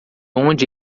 onde